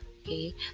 Okay